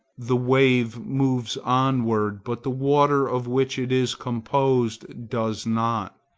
the wave moves onward, but the water of which it is composed does not.